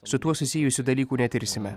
su tuo susijusių dalykų netirsime